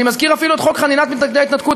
אני מזכיר אפילו את חוק חנינת מתנגדי ההתנתקות,